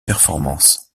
performances